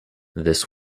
this